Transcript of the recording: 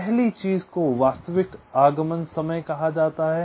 पहली चीज़ को वास्तविक आगमन समय कहा जाता है